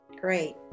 Great